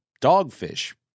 dogfish